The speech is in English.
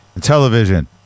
Television